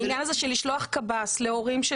העניין הזה של לשלוח קב"ס להורים של